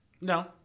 No